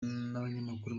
n’abanyamakuru